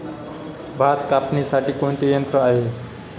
भात कापणीसाठी कोणते यंत्र आहे?